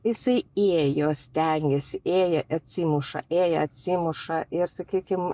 jisai ėjo stengėsi ėjo atsimuša ėjo atsimuša ir sakykim